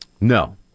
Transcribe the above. No